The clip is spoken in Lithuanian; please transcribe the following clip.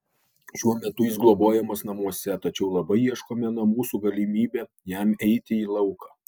šiuo metu jis globojamas namuose tačiau labai ieškome namų su galimybe jam eiti į lauką